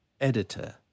editor